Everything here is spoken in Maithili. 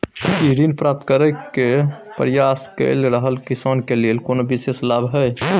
की ऋण प्राप्त करय के प्रयास कए रहल किसान के लेल कोनो विशेष लाभ हय?